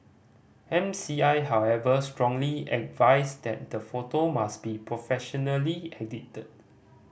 M C I however strongly advised that the photo must be professionally edited